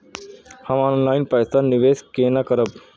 हम ऑनलाइन पैसा निवेश केना करब?